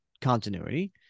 continuity